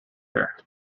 her